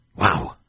Wow